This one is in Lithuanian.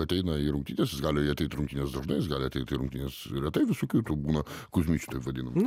ateina į rungtynes jis gali ateit į rungtynes dažnai jis gali ateit į rungtynes retai visokių būna kuzmičių taip vadinamų